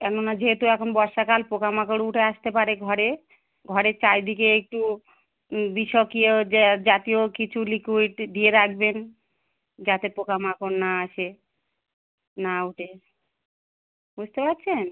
এখনো যেহেতু এখন বর্ষাকাল পোকা মাকড় উঠে আসতে পারে ঘরে ঘরের চারিদিকে একটু বিষক্রিয়া যে জাতীয় কিছু লিকুইড দিয়ে রাখবেন যাতে পোকা মাকড় না আসে না উঠে বুঝতে পারছেন